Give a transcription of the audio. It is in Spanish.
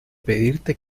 pedirte